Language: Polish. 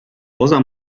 poza